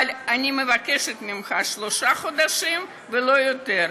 אבל אני מבקשת ממך שלושה חודשים ולא יותר.